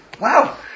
Wow